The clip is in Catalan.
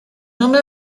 nombre